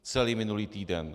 Celý minulý týden.